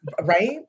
Right